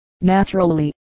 Naturally